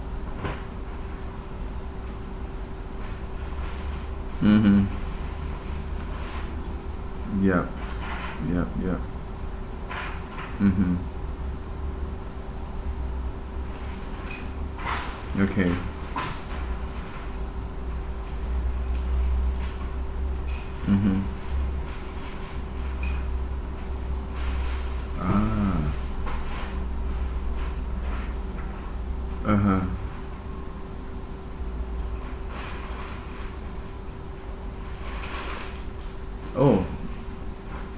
mmhmm yup yup yup mmhmm okay mmhmm ah (uh huh) oh